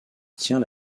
tient